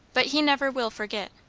but he never will forget.